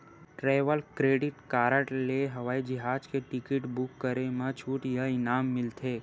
travel credit card ले हवई जहाज के टिकट बूक करे म छूट या इनाम मिलथे